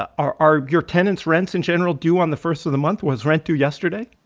ah are are your tenants' rents in general due on the first of the month? was rent due yesterday?